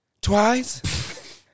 Twice